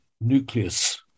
nucleus